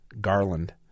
Garland